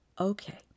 Okay